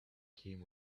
came